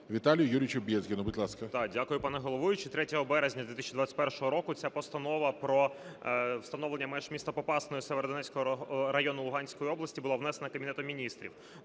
Віталію Юрійовичу. Будь ласка,